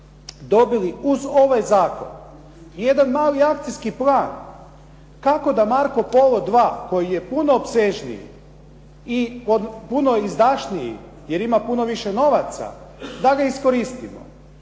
dobili uz ovaj zakon i jedan mali akcijski plan kako da "Marco Polo II" koji je puno opsežniji i puno izdašniji jer ima puno više novaca, da ga iskoristimo.